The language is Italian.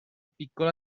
piccola